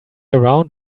around